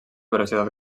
velocitat